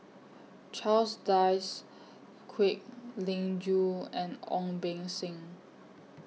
Charles Dyce Kwek Leng Joo and Ong Beng Seng